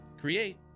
create